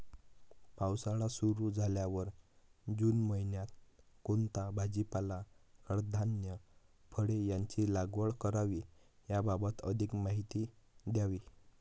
पावसाळा सुरु झाल्यावर जून महिन्यात कोणता भाजीपाला, कडधान्य, फळे यांची लागवड करावी याबाबत अधिक माहिती द्यावी?